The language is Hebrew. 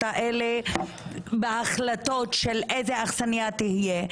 האלה בהחלטות של איזה אכסנייה תהיה.